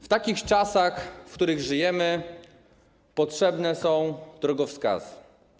W takich czasach, w których żyjemy, potrzebne są drogowskazy.